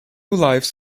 lives